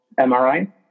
MRI